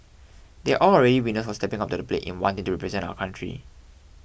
they are all already winners for stepping up to the plate in wanting to represent our country